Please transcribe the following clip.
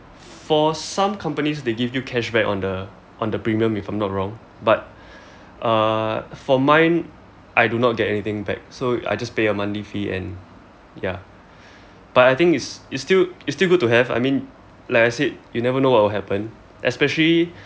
for some companies they give you cash back on the on the premium if I'm not wrong but uh for mine I do not get anything back so I just pay a monthly fee and ya but I think it's it's still it's still good to have I mean like I said you never know what will happen especially